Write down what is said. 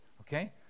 okay